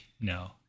no